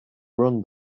run